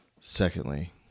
Secondly